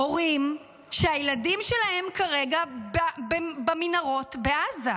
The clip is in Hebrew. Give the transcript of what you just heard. הורים שהילדים שלהם כרגע במנהרות בעזה.